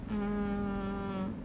mm